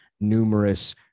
numerous